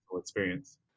experience